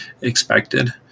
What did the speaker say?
expected